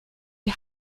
die